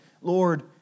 Lord